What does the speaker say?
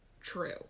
true